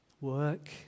work